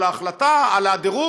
על הדירוג,